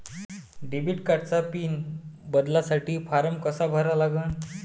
Debit कार्डचा pin बदलासाठी form कसा भरा लागन?